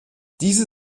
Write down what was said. diese